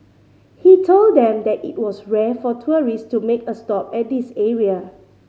he told them that it was rare for tourists to make a stop at this area